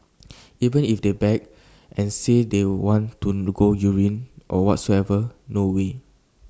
even if they beg and say they want to go urine or whatsoever no way